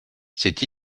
c’est